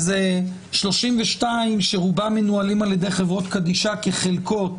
וזה 32 שרובם מנוהלים על-ידי חברות קדישא כחלקות